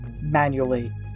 manually